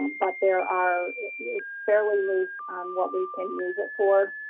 but there are fairly loose on what we can use it for,